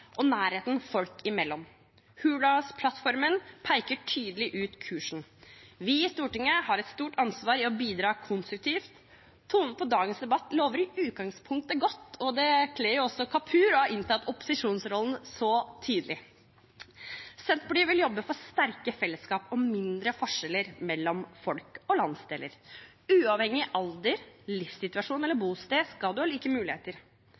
og Arbeiderpartiet skal gjøre Norge tryggere og styrke tilliten og nærheten folk imellom. Hurdalsplattformen peker tydelig ut kursen. Vi i Stortinget har et stort ansvar i å bidra konstruktivt. Tonen på dagens debatt lover i utgangspunktet godt, og det kler jo også Kapur å ha inntatt opposisjonsrollen så tydelig. Senterpartiet vil jobbe for sterke fellesskap og mindre forskjeller mellom folk og landsdeler. Uavhengig av alder, livssituasjon